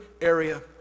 area